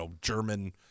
German